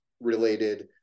related